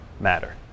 matter